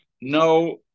no